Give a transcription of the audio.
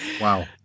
Wow